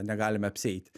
negalime apsieiti